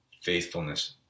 faithfulness